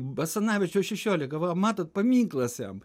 basanavičiaus šešiolika va matot paminklas jam